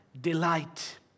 delight